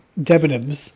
Debenhams